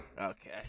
Okay